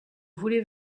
voulez